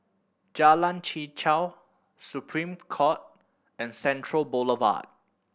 Jalan Chichau Supreme Court and Central Boulevard